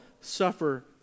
suffer